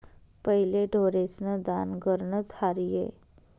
पहिले ढोरेस्न दान घरनंच र्हाये